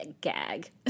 Gag